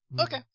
Okay